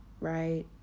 right